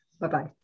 Bye-bye